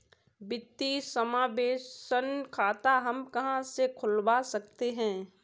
वित्तीय समावेशन खाता हम कहां से खुलवा सकते हैं?